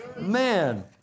man